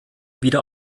wieder